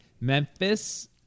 Memphis